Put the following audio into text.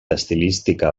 estilística